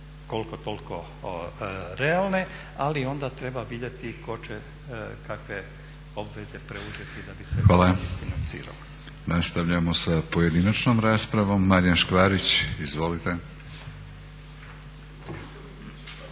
koliko toliko realne, ali onda treba vidjeti tko će kakve obveze preuzeti da bi se isfinancirala. **Batinić, Milorad (HNS)** Hvala. Nastavljamo sa pojedinačnom raspravom. Marijan Škvarić izvolite.